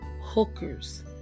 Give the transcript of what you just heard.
hookers